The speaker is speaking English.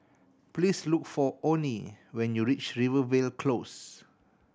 please look for Onnie when you reach Rivervale Close